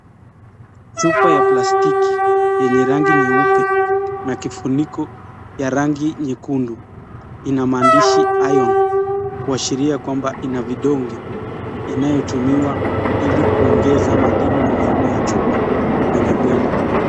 Chupa ya plastiki yenye rangi nyeupe na kifuniko ya rangi nyekundu ina maandishi iron kuashiria kwamba ina vidonge inayotumiwa ili kuongeza madini muhimu ya chuma kwenye mwili.